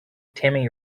timmy